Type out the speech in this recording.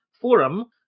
forum